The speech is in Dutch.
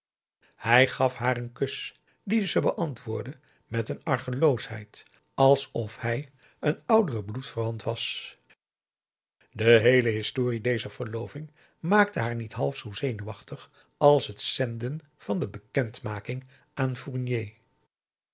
hij gaf haar een kus dien ze beantwoordde met een argeloosheid alsof hij een oudere bloedverwant was de heele historie dezer verloving maakte haar niet half zoo zenuwachtig als het zenden van de bekendmaking aan fournier